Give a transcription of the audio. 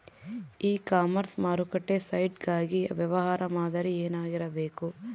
E commerce ಮಾರುಕಟ್ಟೆ site ಗಾಗಿ ವ್ಯವಹಾರ ಮಾದರಿ ಏನಾಗಿರಬೇಕು?